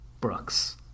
Brooks